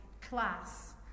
class